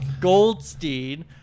Goldstein